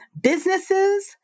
businesses